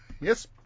yes